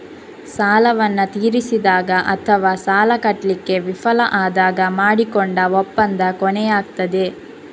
ಸಾಲವನ್ನ ತೀರಿಸಿದಾಗ ಅಥವಾ ಸಾಲ ಕಟ್ಲಿಕ್ಕೆ ವಿಫಲ ಆದಾಗ ಮಾಡಿಕೊಂಡ ಒಪ್ಪಂದ ಕೊನೆಯಾಗ್ತದೆ